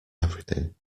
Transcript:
everything